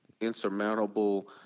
insurmountable